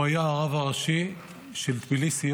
הוא היה הרב הראשי של טביליסי,